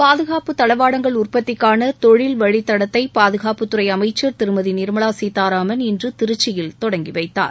பாதுகாப்பு தளவாடங்கள் உற்பத்திக்காள தொழில் வழித் தடத்தை பாதுகாப்புத் துறை அமைச்சர் திருமதி நிர்மலா சீதாராமன் இன்று திருச்சியில் தொடங்கி வைத்தார்